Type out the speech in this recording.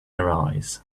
arise